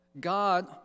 God